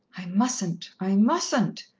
i mustn't i mustn't,